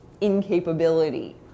incapability